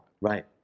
Right